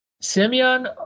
Simeon